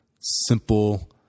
Simple